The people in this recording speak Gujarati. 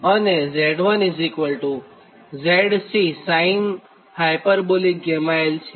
અને Z1 ZC sinh γl છે